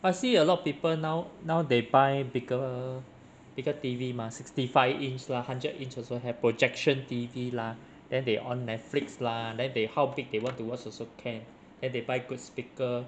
I see a lot of people now now they buy bigger bigger T_V mah sixty five inch lah hundred inch also have projection T_V lah then they on Netflix lah then they how big they want to watch also can then they buy good speaker